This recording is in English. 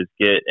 get